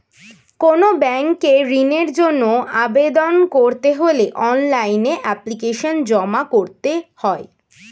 কোনো ব্যাংকে ঋণের জন্য আবেদন করতে হলে অনলাইনে এপ্লিকেশন জমা করতে হয়